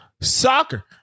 Soccer